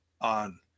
on